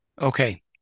Okay